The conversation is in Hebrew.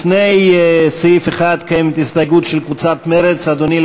לפני סעיף 1 קיימת הסתייגות של קבוצת מרצ, אדוני.